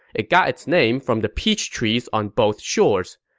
it got its name from the peach trees on both shores.